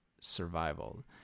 survival